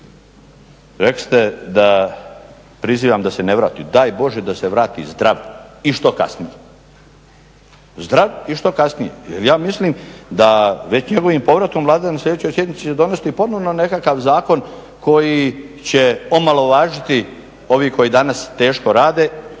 Rekli ste da prizivam da se ne vrati. Daj Bože da se vrati zdrav i što kasnije. Zdrav i što kasnije jer ja mislim da već njegovim povratom Vlada na sljedećoj sjednici će donesti ponovo nekakav zakon koji će omalovažiti ove koji danas teško rade,